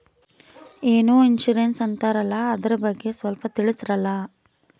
ಏನೋ ಇನ್ಸೂರೆನ್ಸ್ ಅಂತಾರಲ್ಲ, ಅದರ ಬಗ್ಗೆ ಸ್ವಲ್ಪ ತಿಳಿಸರಲಾ?